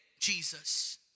Jesus